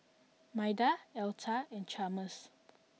Maida Alta and Chalmers